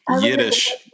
Yiddish